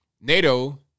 NATO